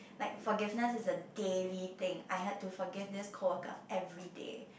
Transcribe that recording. like forgiveness is a daily thing I had to forgive this coworker everyday